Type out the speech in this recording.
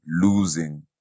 losing